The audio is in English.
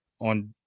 On